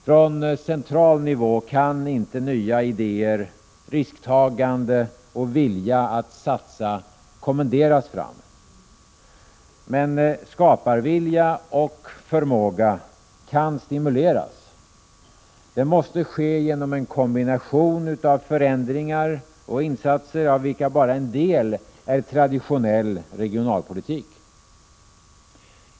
Från central nivå kan inte nya idéer, risktagande och vilja att satsa kommenderas fram. Men skaparvilja och förmåga kan stimuleras. Det måste ske genom en kombination av förändringar och insatser, av vilka bara en del är traditionell regionalpolitik.